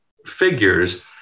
figures